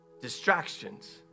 Distractions